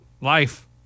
Life